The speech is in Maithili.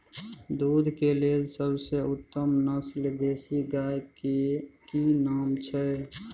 दूध के लेल सबसे उत्तम नस्ल देसी गाय के की नाम छै?